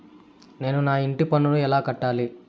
నేను నా ఇంటి పన్నును ఎలా కట్టాలి?